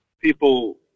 people